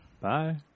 Bye